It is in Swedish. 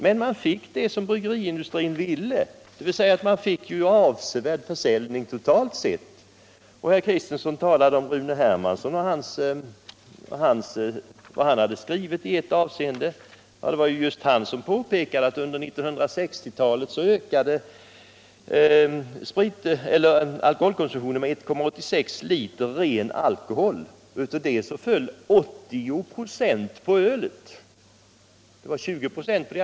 Men man fick som man ville inom bryggeriindustrin, och man noterade en avsevärd höjning av försäljningen totalt sett. Herr Kristenson talade om vad Rune Hermansson hade skrivit i något sammanhang, men det var just han som påpekade att alkoholkonsumtionen under 1960-talet ökade med 1,86 liter ren alkohol per år och person, och av det föll 80 96 på ölet.